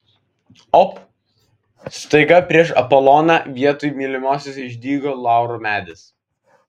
op staiga prieš apoloną vietoj mylimosios išdygo lauro medis